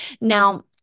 Now